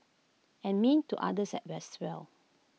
and mean to others as well